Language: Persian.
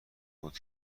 بود